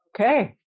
Okay